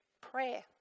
prayer